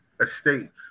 estates